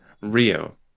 Rio